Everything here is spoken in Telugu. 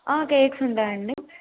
కేక్స్ ఉన్నాయండి